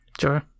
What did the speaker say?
Sure